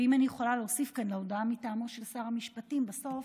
ואם אני יכולה להוסיף כאן להודעה מטעמו של שר המשפטים בסוף,